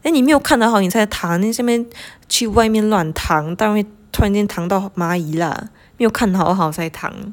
then 你没有看好好你才躺然后在那边去外面乱躺当然会突然间躺到蚂蚁 lah 没有看好好才躺